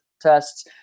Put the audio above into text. tests